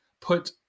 put